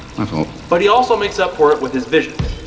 my fault! but he also makes up for it with his vision.